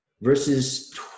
Verses